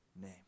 name